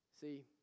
See